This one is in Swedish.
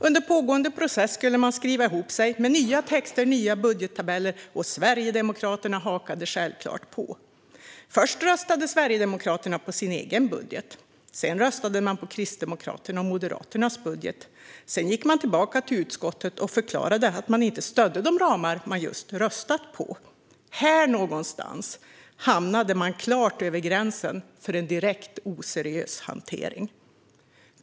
Under pågående process skulle man skriva ihop sig med nya texter och nya budgettabeller, och Sverigedemokraterna hakade självklart på. Först röstade Sverigedemokraterna på sin egen budget, sedan röstade man på Kristdemokraternas och Moderaternas budget och sedan gick man tillbaka till utskottet och förklarade att man inte stödde de ramar man just röstat på. Här någonstans hamnade man klart över gränsen till en direkt oseriös hantering.